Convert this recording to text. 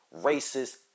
Racist